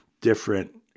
different